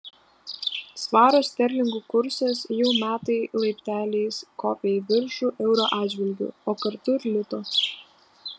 svaro sterlingų kursas jau metai laipteliais kopia į viršų euro atžvilgiu o kartu ir lito